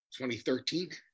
2013